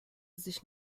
sich